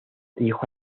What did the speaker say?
hijo